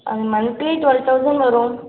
monthly twelve thousand வரும்